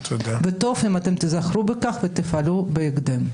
וטוב אם אתם תיזכרו בכך ותפעלו בהקדם.